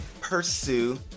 pursue